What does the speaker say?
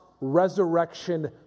resurrection